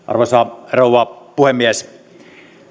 arvoisa rouva puhemies